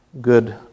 good